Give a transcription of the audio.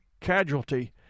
casualty